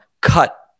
cut